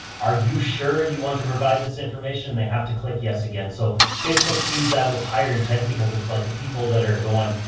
are you sure you want to provide this information? and they have to click yes again. so facebook sees that as higher intent because it's like the people that are going,